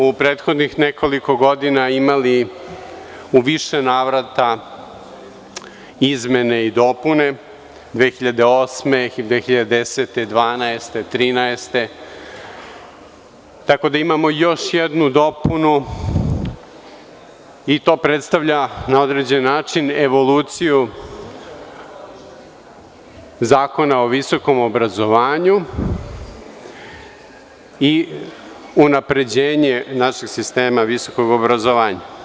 U prethodnih nekoliko godina imali smo u više navrata izmene i dopune 2008, 2010, 2012, 2013. godine, tako da imamo još jednu dopunu i to predstavlja, na određen način, evoluciju Zakona o visokom obrazovanju i unapređenje našeg sistema visokog obrazovanja.